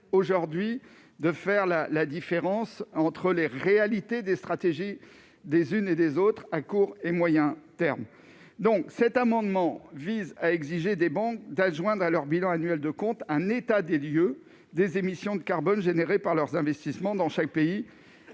aujourd'hui de faire la la différence entre les réalités des stratégies des unes et des autres à court et moyen terme donc, cet amendement vise à exiger des banques d'adjoindre à leur bilan annuel de compte un état des lieux des émissions de carbone générées par leurs investissements dans chaque pays